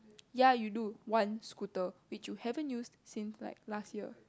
ya you do one scooter which you haven't use since like last year